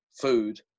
food